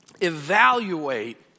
evaluate